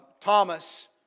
Thomas